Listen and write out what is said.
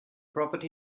property